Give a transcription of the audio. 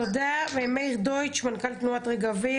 מאיר דויטש, מנכ"ל תנועת רגבים.